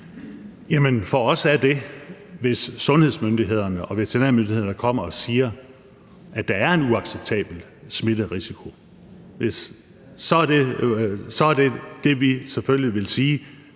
for os er det, hvis sundhedsmyndighederne og veterinærmyndighederne kommer og siger, at der er en uacceptabel smitterisiko. Så er det det, vi selvfølgelig vil sige.